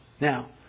now